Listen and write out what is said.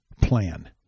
plan